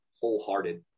wholehearted